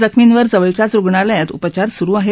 जखमींवर जवळच्याच रुग्णालयांमध्ये उपचार सुरु आहेत